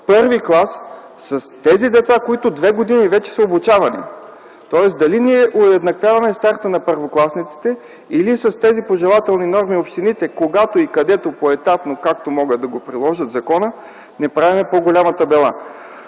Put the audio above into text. І клас с тези деца, които две години вече са обучавани. Тоест, дали ние уеднаквяваме старта на първокласниците, или с тези пожелателни норми общините – когато и където поетапно, както могат да приложат закона, не правим по-голямата беля?